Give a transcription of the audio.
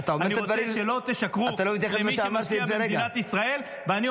אני רוצה שלא תשקרו למי שמשקיע במדינת ישראל.